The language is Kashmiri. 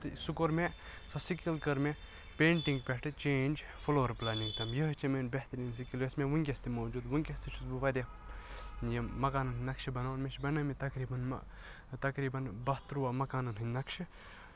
تہٕ سُہ کوٚر مےٚ سۄ سکل کٔر مےٚ پینٛٹِنٛگ پیٹھٕ چینٛج فلور پلینِنٛگ تام یِہے چھِ میٲنٛۍ بہتریٖن سکل یۄس مےٚ وٕنکیٚس تہِ موٗجود وٕنکیٚس تہِ چھُس بہٕ واریاہ یِم مَکانَن ہُند نَقشہٕ بَناوان مےٚ چھِ بَنٲے مٕتۍ تَقریٖبن تقریٖبن بہہ تٕرٛواہ مَکانَن ہٕنٛدۍ نَقشہٕ